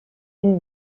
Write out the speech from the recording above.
une